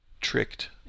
tricked